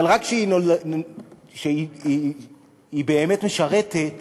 אבל רק כשהיא באמת משרתת